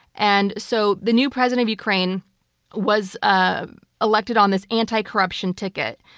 and so the new president of ukraine was ah elected on this anti-corruption ticket.